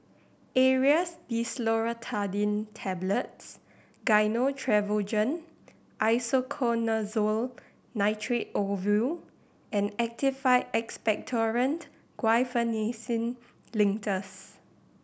Aerius DesloratadineTablets Gyno Travogen Isoconazole Nitrate Ovule and Actified Expectorant Guaiphenesin Linctus